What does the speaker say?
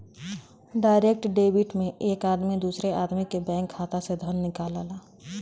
direct debit में एक आदमी दूसरे आदमी के बैंक खाता से धन निकालला